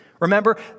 Remember